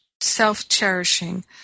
self-cherishing